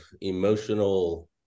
emotional